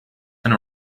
and